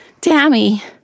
Tammy